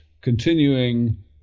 continuing